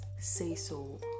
say-so